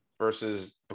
versus